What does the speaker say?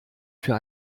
für